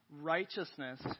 righteousness